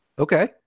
Okay